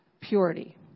purity